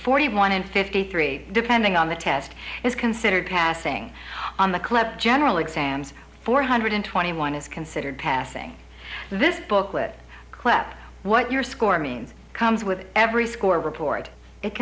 forty one and fifty three depending on the test is considered passing on the club general exams four hundred twenty one is considered passing this booklet clept what your score means comes with every score report it